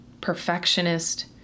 perfectionist